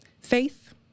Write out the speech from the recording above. faith